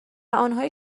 آنهایی